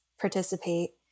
participate